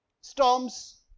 storms